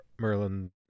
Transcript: Merlin